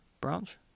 branch